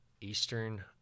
Eastern